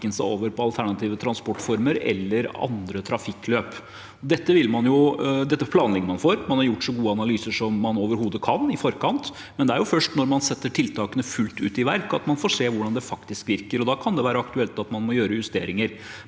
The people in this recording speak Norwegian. over til alternative transportformer eller andre trafikkløp. Dette planlegger man for. Man har i forkant gjort så gode analyser som man overhodet kan, men det er jo først når man setter tiltakene i verk fullt ut, at man får se hvordan det faktisk virker. Da kan det være aktuelt at man må foreta justeringer,